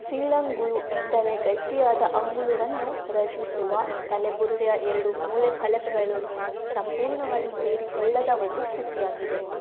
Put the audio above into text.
ಸೀಳಂಗುಳು ಎಂದರೆ ಗಟ್ಟಿಯಾದ ಅಂಗುಳುವನ್ನು ರಚಿಸುವ ತಲೆಬುರುಡೆಯ ಎರಡು ಮೂಳೆ ಫಲಕಗಳು ಸಂಪೂರ್ಣವಾಗಿ ಸೇರಿಕೊಳ್ಳದ ಒಂದು ಸ್ಥಿತಿಯಾಗಿದೆ